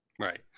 Right